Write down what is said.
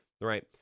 right